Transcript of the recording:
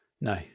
No